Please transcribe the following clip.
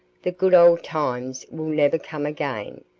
the good old times will never come again,